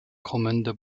kommende